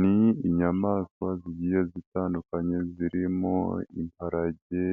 Ni inyamaswa zigiye zitandukanye, zirimo imparage,